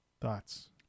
Thoughts